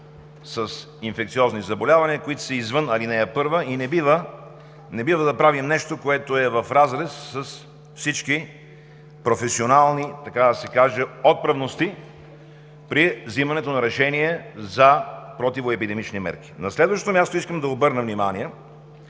с инфекциозни заболявания, които са извън ал. 1, и не бива да правим нещо, което е в разрез с всички професионални отпрaвности при вземането на решение за противоепидемични мерки. На следващо място искам да обърна внимание